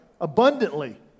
Abundantly